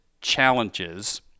challenges